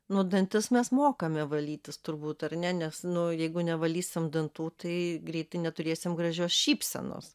nu dantis mes mokame valytis turbūt ar ne nes nu jeigu nevalysim dantų tai greitai neturėsim gražios šypsenos